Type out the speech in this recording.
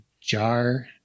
jar